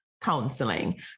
counseling